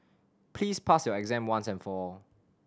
please pass your exam once and for all